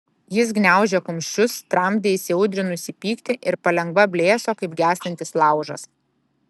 jis gniaužė kumščius tramdė įsiaudrinusį pyktį ir palengva blėso kaip gęstantis laužas